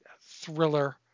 thriller